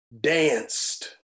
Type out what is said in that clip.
danced